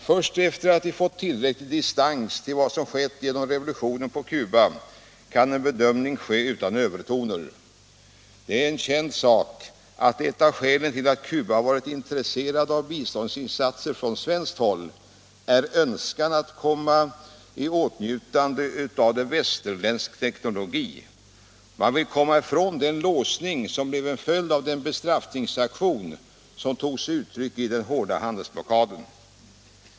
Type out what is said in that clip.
Först sedan vi fått tillräcklig distans till vad som skett genom revolutionen på Cuba kan en bedömning ske utan övertoner. Det är en känd sak att ett av skälen till att Cuba varit intresserat av biståndsinsatser från svenskt håll är en önskan att komma i åtnjutande av en västerländsk teknologi. Man ville komma ifrån den låsning som blev en följd av den bestraffningsaktion som tog sig uttryck i den hårda handelsblockaden.